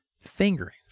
fingerings